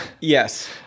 Yes